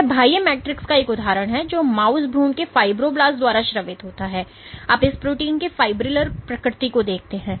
यह बाह्य मैट्रिक्स का एक उदाहरण है जो माउस भ्रूण के फाइब्रोब्लास्ट द्वारा स्रावित होता है आप इस प्रोटीन के फाइब्रिलर प्रकृति को देखते हैं